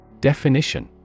Definition